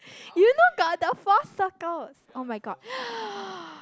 do you know got the four circles [oh]-my-god